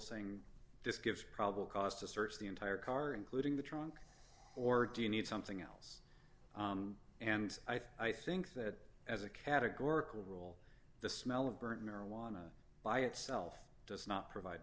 saying this gives probably cause to search the entire car including the trunk or do you need something else and i think that as a categorical rule the smell of burnt marijuana by itself does not provide